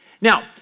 Now